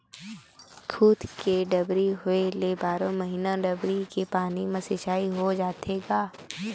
खुद के डबरी होए ले बारो महिना डबरी के पानी म सिचई हो जाथे गा